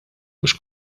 mhux